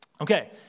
Okay